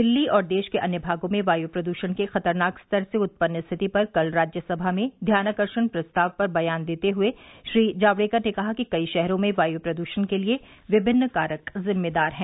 दिल्ली और देश के अन्य भागों में वायु प्रद्षण के खतरनाक स्तर से उत्पन्न स्थिति पर कल राज्यसभा में ध्यानाकर्षण प्रस्ताव पर बयान देते हुए श्री जावड़ेकर ने कहा कि कई शहरों में वायु प्रदूषण के लिए विभिन्न कारक जिम्मेदार हैं